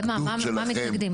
למה מתנגדים?